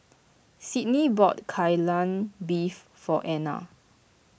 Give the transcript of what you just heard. Sydney bought Kai Lan Beef for Anner